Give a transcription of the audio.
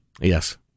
Yes